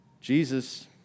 Jesus